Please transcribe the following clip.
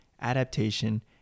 adaptation